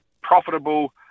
profitable